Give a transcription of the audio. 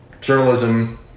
journalism